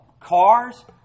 cars